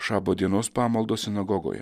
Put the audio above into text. šabo dienos pamaldos sinagogoje